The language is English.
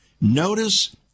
Notice